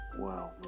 Wow